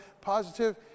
positive